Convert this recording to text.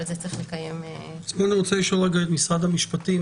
אני רוצה לשאול את משרד המשפטים,